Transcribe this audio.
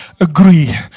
agree